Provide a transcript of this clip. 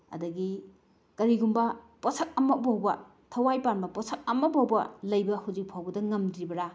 ꯑꯗꯒꯤ ꯀꯔꯤꯒꯨꯝꯕ ꯄꯣꯠꯁꯛ ꯑꯃꯐꯥꯎꯕ ꯊꯋꯥꯏ ꯄꯥꯟꯕ ꯄꯣꯠꯁꯛ ꯑꯃꯐꯥꯎꯕ ꯂꯩꯕ ꯍꯧꯖꯤꯛꯐꯥꯎꯕꯗ ꯉꯝꯗ꯭ꯔꯤꯕꯔꯥ